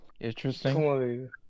Interesting